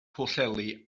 pwllheli